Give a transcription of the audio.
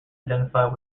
identified